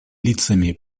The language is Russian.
лицами